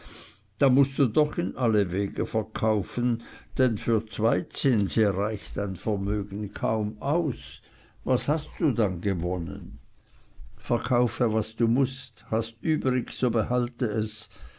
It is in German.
dann mußt du doch in alle wege verkaufen denn für zwei zinse reicht dein vermögen kaum aus was hast du dann gewonnen verkaufe was du mußt hast übrig so behalte es